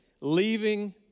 leaving